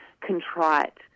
contrite